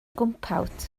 gwmpawd